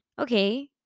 okay